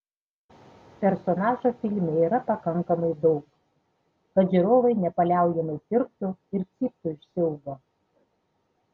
personažų filme yra pakankamai daug kad žiūrovai nepaliaujamai tirptų ir cyptų iš siaubo